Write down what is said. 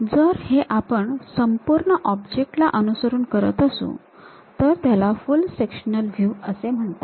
जर हे आपण संपूर्ण ऑब्जेक्ट ला अनुसरून करत असू तर त्याला फुल सेक्शनल व्ह्यू असे म्हणतात